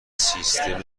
سیستم